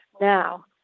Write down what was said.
Now